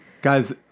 Guys